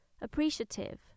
appreciative